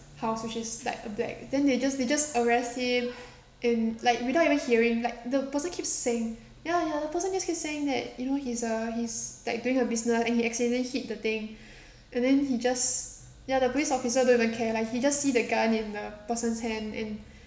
house which is like a black then they just they just arrest him and like without even hearing like the person keeps saying ya ya the person just keeps saying that you know he's a he's like doing a business and he accidentally hit the thing and then he just ya the police officer don't even care like he just see the gun in a person's hand and